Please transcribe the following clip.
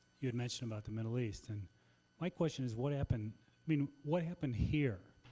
you had mentioned about the middle east. and my question is what happened i mean what happened here?